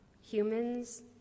Humans